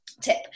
tip